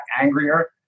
angrier